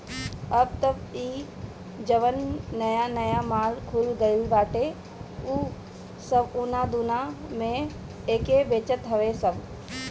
अब तअ इ जवन नया नया माल खुल गईल बाटे उ सब उना दूना में एके बेचत हवे सब